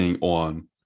on